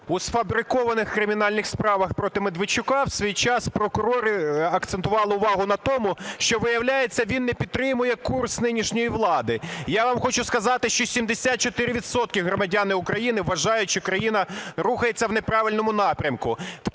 У сфабрикованих кримінальних справах проти Медведчука у свій час прокурори акцентували увагу на тому, що виявляється він не підтримує курс нинішньої влади. Я вам хочу сказати, що 74 відсотки громадян України вважають, що країна рухається в неправильному напрямку,